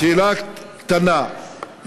שאלה קטנה,